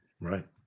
Right